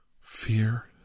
Fear